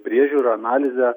priežiūrą analizę